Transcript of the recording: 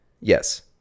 Yes